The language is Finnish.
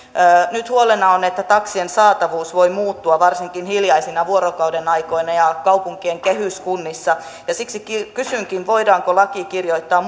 nyt huolena on että taksien saatavuus voi muuttua varsinkin hiljaisina vuorokaudenaikoina ja kaupunkien kehyskunnissa siksi kysynkin voidaanko laki kirjoittaa